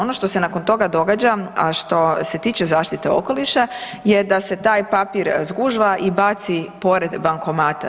Ono što se nakon toga događa, a što se tiče zaštite okoliša je da se taj papir zgužva i baci pored bankomata.